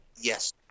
Yes